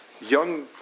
young